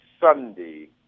Sunday